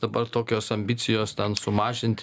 dabar tokios ambicijos ten sumažint